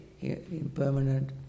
impermanent